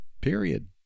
Period